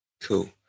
cool